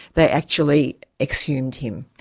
they actually exhumed him.